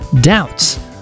Doubts